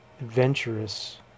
adventurous